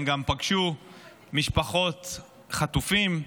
הם גם פגשו משפחות חטופים.